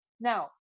now